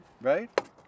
Right